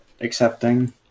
accepting